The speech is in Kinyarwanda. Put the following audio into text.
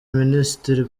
minisitiri